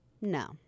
No